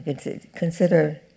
Consider